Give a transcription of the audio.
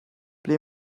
ble